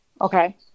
Okay